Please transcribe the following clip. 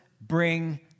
bring